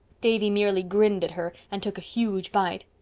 davy merely grinned at her and took a huge bite.